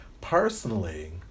Personally